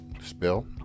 spill